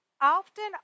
often